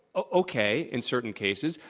okay in certain cases.